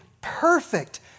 perfect